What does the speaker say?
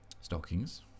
stockings